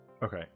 Okay